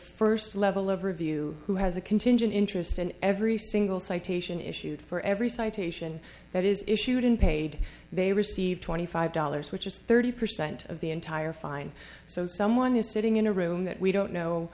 first level of review who has a contingent interest in every single citation issued for every citation that is issued and paid they receive twenty five dollars which is thirty percent of the entire fine so someone is sitting in a room that we don't know